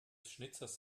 schnitzers